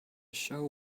show